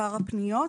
הפניות.